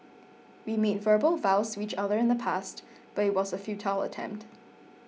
we made verbal vows to each other in the past but it was a futile attempt